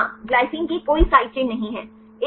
हाँ ग्लाइसिन की कोई साइड चेन नहीं है